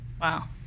Wow